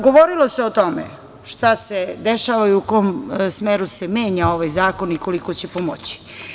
Govorilo se o tome šta se dešava i u kom smeru se menja ovaj zakon i koliko će pomoći.